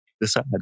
decide